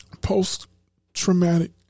Post-traumatic